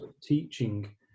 teaching